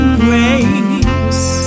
grace